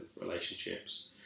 relationships